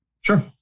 Sure